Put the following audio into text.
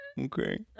Okay